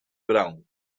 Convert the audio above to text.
brown